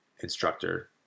instructor